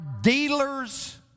dealers